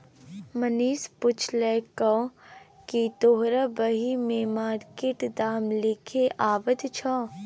मनीष पुछलकै कि तोरा बही मे मार्केट दाम लिखे अबैत छौ